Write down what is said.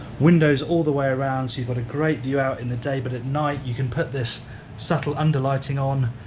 windows all the way around, so you've got a great view out in the day, but at night you can put this subtle underlighting on,